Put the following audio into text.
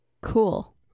cool